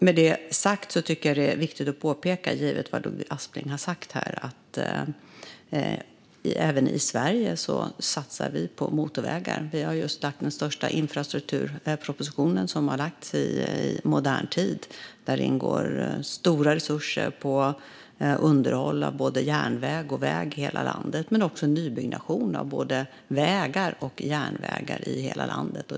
Med det sagt och givet vad Ludvig Aspling sagt här tycker jag att det är viktigt att påpeka att vi även i Sverige satsar på motorvägar. Vi har just lagt fram den största infrastrukturpropositionen i modern tid. Där ingår stora resurser till underhåll av både järnväg och väg i hela landet men också till nybyggnation av både vägar och järnvägar i hela landet.